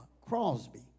Crosby